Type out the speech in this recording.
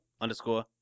underscore